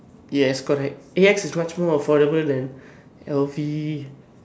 yes correct AX is much more affordable man L_V